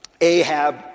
Ahab